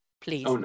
Please